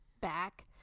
back